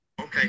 okay